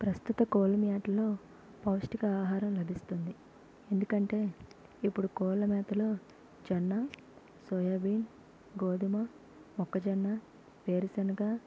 ప్రస్తుత కోళ్ళమెతలో పౌష్టికాహారం లభిస్తుంది ఎందుకంటే ఇపుడు కోళ్ళమెతలో జొన్న సోయా బీన్ గోదుమ మొక్కజొన్న వేరుశెనగ